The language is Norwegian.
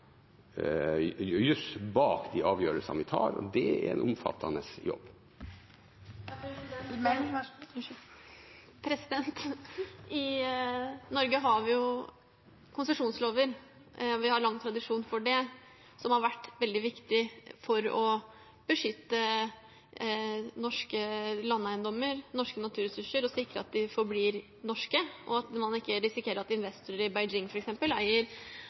juss bak de avgjørelsene vi tar. Det er en omfattende jobb. Emilie Enger Mehl – til oppfølgingsspørsmål. I Norge har vi konsesjonslover. Vi har lang tradisjon for det, noe som har vært veldig viktig for å beskytte norske landeiendommer, norske naturressurser og sikre at de forblir norske, og at man ikke risikerer at f.eks. investorer i Beijing eier